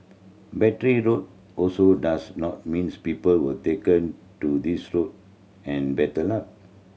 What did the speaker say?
Battery Road also does not means people were taken to this road and battered up